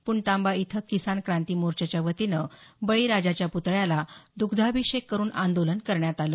प्णतांबा इथं किसान क्रांती मोर्चाच्या वतीनं बळीराजाच्या प्तळ्याला दुग्धाभिषेक करून आंदोलन करण्यात आलं